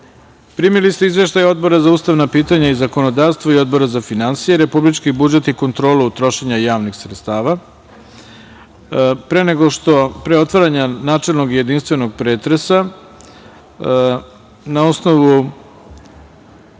Vlada. Primili ste Izveštaj Odbora za ustavna pitanja i zakonodavstvo i Odbora za finansije, republički budžet i kontrolu trošenja javnih sredstava. Pre otvaranja načelnog i jedinstvenog pretresa, na osnovu